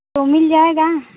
तो मिल जाएगा